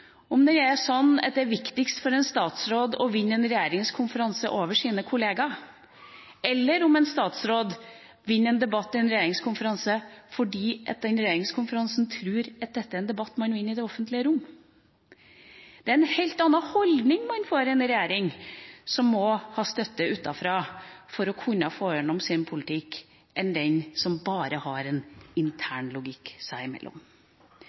om det er sånn at det er viktigst for en statsråd å vinne en regjeringskonferanse over sine kollegaer, enn om en statsråd vinner i en debatt i en regjeringskonferanse fordi den regjeringskonferansen tror at dette er en debatt man vinner i det offentlige rom. Det er en helt annen holdning man får i en regjering som må ha støtte utenfra for å kunne få gjennom sin politikk, enn den som bare har en intern logikk seg imellom.